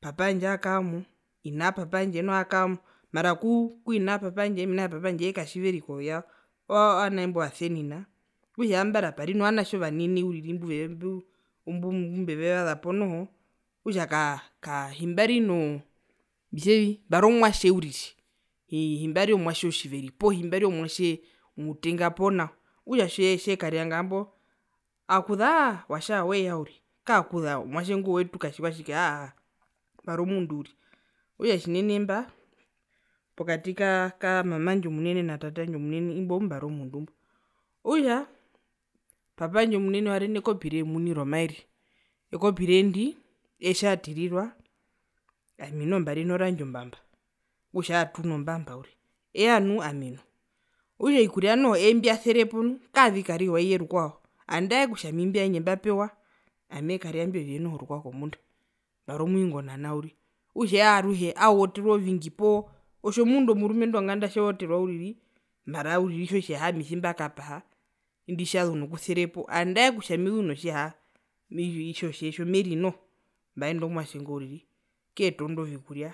Papa aandje akaamo ina papa aandje noho akaamo mara ku ku ina papa aandje mena kutja papa aandje eekatjiveri koyao oo ovanatje imbo vasenina okutja ambara pari novanatje ovanene uriri mbuve mbu mbu mbumbevevazapo noho okutja ka ka himbari noo hitjevi mbari omwatje uriri himbari omwatje otjiveri poo himbari omwatje omutenga poo nao okutja tje tjekarianga mbo aakuzu aa aa uatja weya uriri kaakuza omwatje ingo wetu katjikwatjike aa aa `mbari omundu uriri okutja tjinene mba pokati ka ka papa wandje omunene na mama wandje omunene imbo opupambari omundu mbo, okutja papa wandje omunene wari nekopire omuni romaere ekopire ndi ee tjatirirwa ami noho mbari norandje ombamba okutja aatunu ombamba uriri eye anu ami enu okutja ovikurya noho eembyaserepo nu kaavikariwa iye rukwao nandae kutja imbyo vyandje papewa ami eekaria imbio vye noho rukwao kombunda mbari omwingona nao uriri okutja eye aruhe aoterwa ovingi poo otjomundu omurumendu wonganda tjeoterwa uriri mara uriri itjo tjiyaha ami tjimbakapaha indi tjazu nokuserapo nandae kutja mezu notjiyaha itjo tje tjo meri noho mbaenda omwatje ngo uriri keetondo vikuria